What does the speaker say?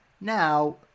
Now